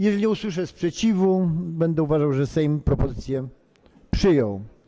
Jeżeli nie usłyszę sprzeciwu, będę uważał, że Sejm propozycję przyjął.